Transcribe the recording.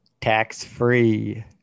Tax-free